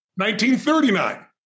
1939